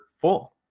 full